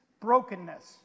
brokenness